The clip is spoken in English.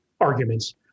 arguments